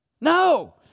No